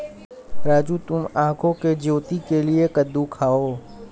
राजू तुम आंखों की ज्योति के लिए कद्दू खाओ